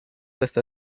with